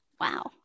Wow